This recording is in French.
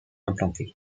implantés